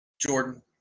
Jordan